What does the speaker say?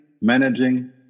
managing